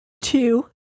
two